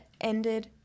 ended